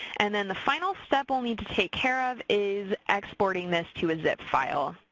and then the final step we'll need to take care of is exporting this to a zip file.